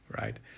right